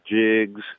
jigs